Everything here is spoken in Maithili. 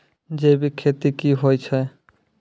जैविक खेती की होय छै?